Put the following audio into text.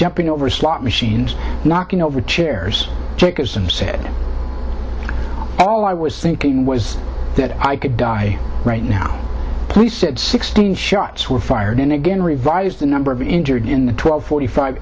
jumping over slot machines knocking over chairs jacobson said all i was thinking was that i could die right now police said sixteen shots were fired and again revised the number of injured in the twelve forty five